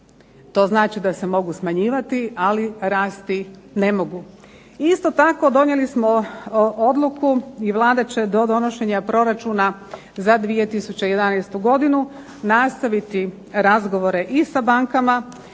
To znači da se mogu smanjivati, ali rasti ne mogu. Isto tako donijeli smo odluku i Vlada će do donošenja proračuna za 2011. godinu nastaviti razgovore i sa bankama